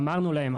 אמרנו להם,